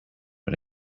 but